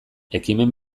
ekimen